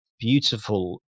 beautiful